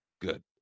good